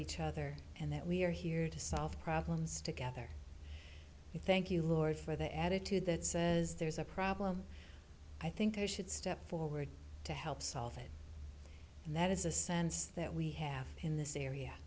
each other and that we are here to solve problems together thank you lord for the attitude that says there's a problem i think they should step forward to help solve it and that is a sense that we have in this area